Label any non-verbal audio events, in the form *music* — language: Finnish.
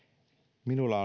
minulla *unintelligible*